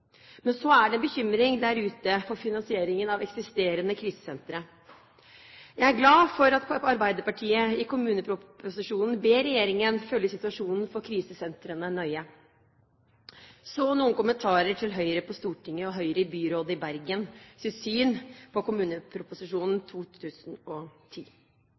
men det er en bekymring der ute for finansieringen av eksisterende krisesentre. Jeg er glad for at Arbeiderpartiet i kommunepropposisjonen ber regjeringen følge situasjonen i krisesentrene nøye. Så noen kommentarer til det synet Høyre på Stortinget og Høyre i byrådet i Bergen har på